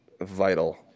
vital